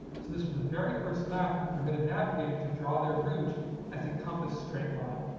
so this was the very first map that permitted navigated to draw their route as a compass straight line.